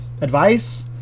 advice